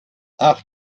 ach